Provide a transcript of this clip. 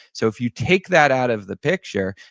so if you take that out of the picture,